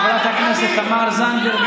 חברת הכנסת תמר זנדברג,